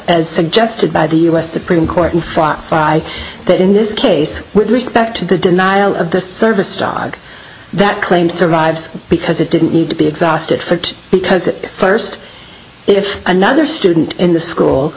as suggested by the u s supreme court and fought by that in this case with respect to the denial of this service dog that claim survives because it didn't need to be exhausted for two because it first if another student in the school